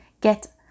get